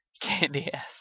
Candy-ass